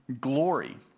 glory